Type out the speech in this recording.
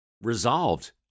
resolved